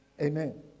Amen